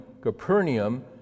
Capernaum